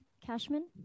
Cashman